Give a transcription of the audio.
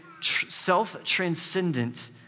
self-transcendent